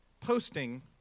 posting